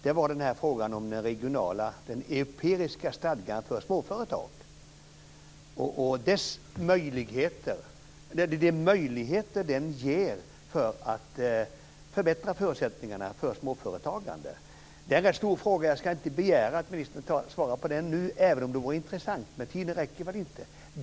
Det var frågan om den europeiska stadgan för småföretag och de möjligheter den ger för att förbättra förutsättningarna för småföretagande. Det är en rätt stor fråga, och jag ska inte begära att ministern svarar på den nu även om det vore intressant. Tiden räcker väl inte.